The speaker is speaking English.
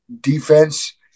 defense